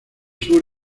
sur